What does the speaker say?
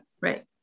right